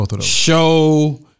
show